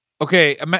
Okay